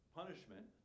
punishment